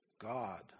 God